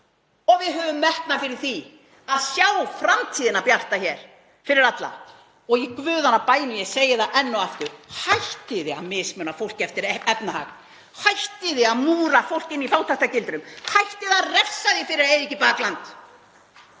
og við höfum metnað fyrir því að sjá framtíðina bjarta hér fyrir alla, og í guðanna bænum, ég segi það enn og aftur, hættið að mismuna fólki eftir efnahag, hættið að múra fólk inni í fátæktargildrum, hættið að refsa því fyrir að eiga ekki bakland.